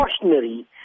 cautionary